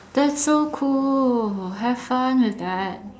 that's so cool have fun with that